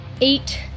eight